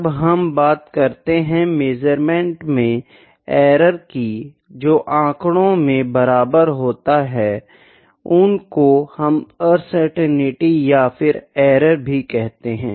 जब हम बात करते है मेज़रमेंट में एरर की जो आँकड़ों में बराबर होते है उनको हम अनसर्टेनिटी या फिर एरर भी कहते है